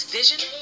vision